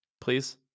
please